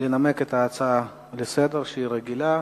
לנמק את ההצעה לסדר-היום, שהיא רגילה.